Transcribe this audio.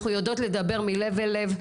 אנחנו יודעות לדבר מלב אל לב,